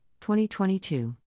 2022